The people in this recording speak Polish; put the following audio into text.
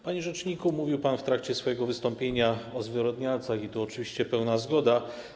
Panie rzeczniku, mówił pan w trakcie swojego wystąpienia o zwyrodnialcach i tu oczywiście pełna zgoda.